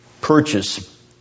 purchase